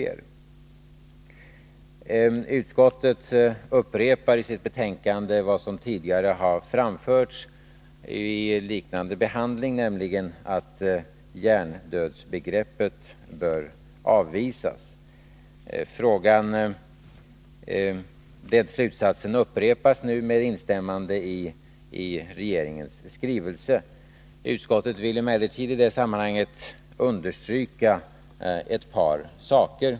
Socialutskottet upprepar i sitt betänkande, nu med instämmande i regeringens skrivelse, vad som framförts tidigare vid liknande behandling, nämligen att hjärndödsbegreppet bör avvisas. Utskottet vill emellertid i det sammanhanget understryka ett par saker.